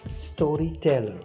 storyteller